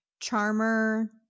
Charmer